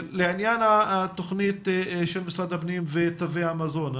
לעניין התכנית של משרד הפנים ותווי המזון,